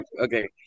okay